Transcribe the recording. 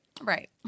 Right